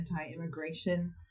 anti-immigration